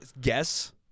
guess